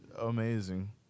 amazing